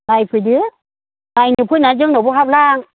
नायफैदो नायनो फैनानै जोंनावबो हाबलां